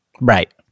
Right